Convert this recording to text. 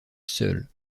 seul